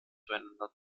füreinander